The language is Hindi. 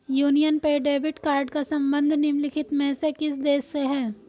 यूनियन पे डेबिट कार्ड का संबंध निम्नलिखित में से किस देश से है?